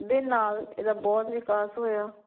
ਦੇ ਨਾਲ ਇਹਦਾ ਬਹੁਤ ਵਿਕਾਸ ਹੋਇਆ